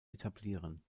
etablieren